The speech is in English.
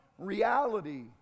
reality